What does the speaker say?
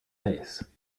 face